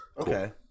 okay